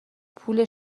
پول